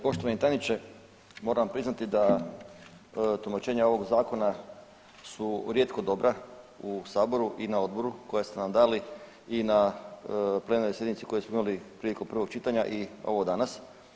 Poštovani tajniče, moram priznati da tumačenja ovog zakona su rijetko dobra u saboru i na odboru koja ste nam dali i na plenarnoj sjednici koju smo imali prilikom prvog čitanja i ovo danas.